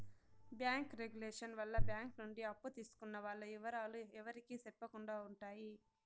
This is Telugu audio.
బ్యాంకు రెగులేషన్ వల్ల బ్యాంక్ నుండి అప్పు తీసుకున్న వాల్ల ఇవరాలు ఎవరికి సెప్పకుండా ఉంటాయి